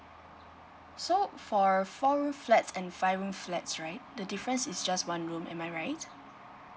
so for a four room flats and five room flats right the difference is just one room am I right